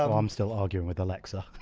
i'm um still arguing with alexa.